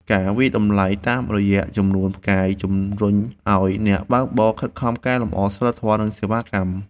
ការវាយតម្លៃតាមរយ:ចំនួនផ្កាយ ជំរុញឱ្យអ្នកបើកបរខិតខំកែលម្អសីលធម៌ និងសេវាកម្ម។